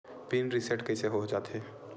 Pin reset कइसे हो जाथे?